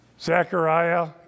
Zechariah